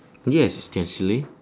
yes it's still silly